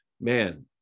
man